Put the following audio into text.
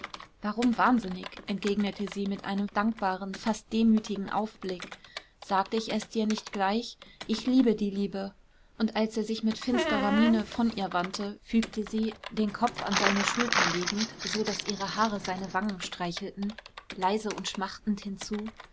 warum wahnsinnig entgegnete sie mit einem dankbaren fast demütigen aufblick sagte ich es dir nicht gleich ich liebe die liebe und als er sich mit finsterer miene von ihr wandte fügte sie den kopf an seine schulter legend so daß ihre haare seine wangen streichelten leise und schmachtend hinzu